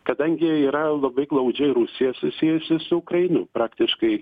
kadangi yra labai glaudžiai rusija susijusi su ukraina praktiškai